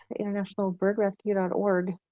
internationalbirdrescue.org